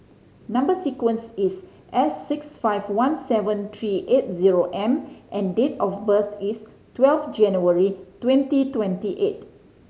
number sequence is S six five one seven three eight zero M and date of birth is twelve January twenty twenty eight